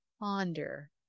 ponder